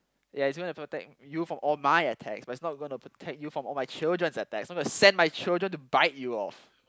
ya it's going to protect you from all my attacks but it's not gonna protect you from all my children's attack so I will send my children to bite you off